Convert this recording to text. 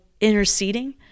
interceding